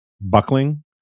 buckling